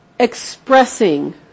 expressing